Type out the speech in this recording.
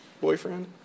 boyfriend